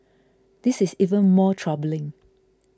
this is even more troubling